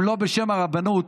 אם לא בשם הרבנות,